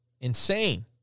insane